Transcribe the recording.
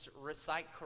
recite